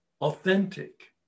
Authentic